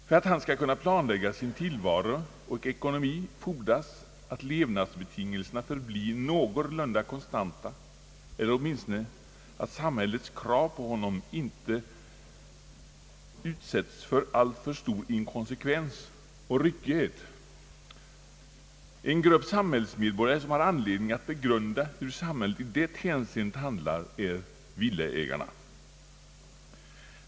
För att han skall kunna planlägga sin tillvaro och ekonomi fordras att levnadsbetingelserna förblir någorlunda konstanta eller åtminstone att samhällets krav på honom inte utsättes för alltför stor inkonsekvens och ryckighet. En grupp samhällsmedborgare, som har anledning att begrunda hur samhället i det hänseendet handlar, är villaägarna.